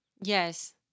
Yes